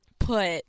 Put